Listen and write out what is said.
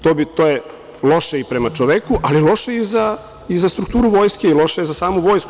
To je loše i prema čoveku, ali loše i za strukturu vojske i loše je za samu vojsku.